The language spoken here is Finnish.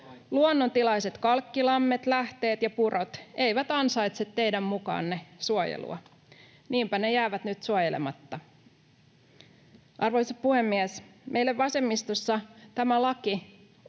Luonnontilaiset kalkkilammet, lähteet ja purot eivät ansaitse teidän mukaanne suojelua — niinpä ne jäävät nyt suojelematta. Arvoisa puhemies! Meille vasemmistossa tämä laki oli